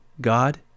God